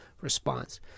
response